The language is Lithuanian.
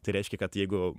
tai reiškia kad jeigu